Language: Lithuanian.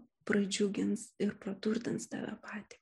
pradžiugins ir praturtins tave patį